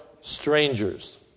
strangers